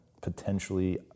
potentially